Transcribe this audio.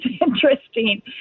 interesting